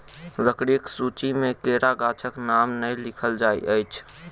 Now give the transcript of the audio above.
लकड़ीक सूची मे केरा गाछक नाम नै लिखल जाइत अछि